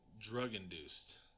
drug-induced